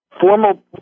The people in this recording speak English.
formal